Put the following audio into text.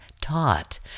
taught